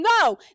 no